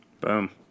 Boom